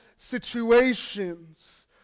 situations